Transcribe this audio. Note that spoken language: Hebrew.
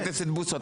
חבר הכנסת בוסו,